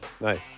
Nice